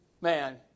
man